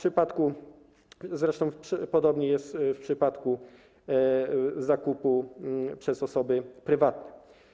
Zresztą podobnie jest w przypadku zakupu przez osoby prywatne.